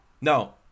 No